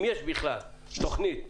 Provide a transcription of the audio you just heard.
אם יש בכלל תוכנית.